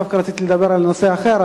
דווקא רציתי לדבר על נושא אחר,